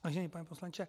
Vážený pane poslanče.